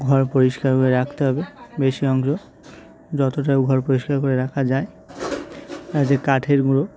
ঘর পরিষ্কার করে রাখতে হবে বেশি অংশ যতটাও ঘর পরিষ্কার করে রাখা যায় তার যে কাঠের গুঁড়ো